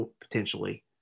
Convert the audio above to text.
potentially